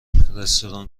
رستوران